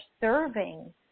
serving